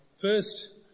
First